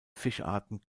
fischarten